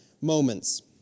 moments